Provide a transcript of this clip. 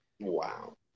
Wow